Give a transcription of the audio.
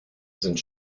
sind